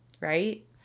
right